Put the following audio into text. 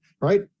right